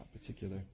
particular